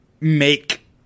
make